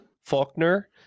faulkner